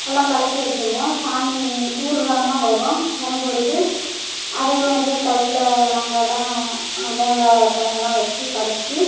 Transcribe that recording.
எல்லாம் கலக்கி வெச்சுருவோம் சாமி ஊர்கோலமா வரும் வரும் பொழுது அதே மாதிரியே தட்டில் நாங்கெல்லாம் தேங்காய் வாழைப் பழல்லாம் வெச்சு படைச்சி